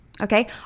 Okay